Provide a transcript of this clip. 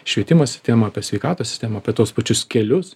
švietimo sistemą apie sveikatos sistemą apie tuos pačius kelius